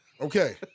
Okay